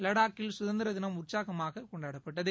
லடாக்கில் சுதந்திரதினம் உற்சாகமாக கொண்டாடப்பட்டது